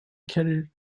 career